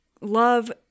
love